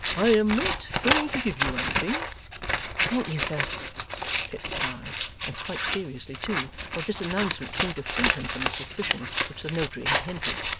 i am not going to give you anything thank you, sir kit replied and quite seriously too, for this announcement seemed to free him from the suspicion which the notary had hinted.